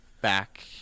back